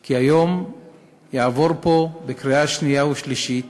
כי היום יעבור פה בקריאה שנייה ושלישית